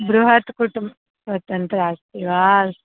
बृहत् कुटुम्बः वा स्वतन्त्रः अस्ति वा